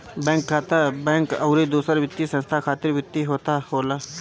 bank खाता, bank अउरी दूसर वित्तीय संस्था खातिर वित्तीय खाता होला